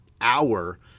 hour